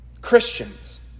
Christians